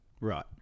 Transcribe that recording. Right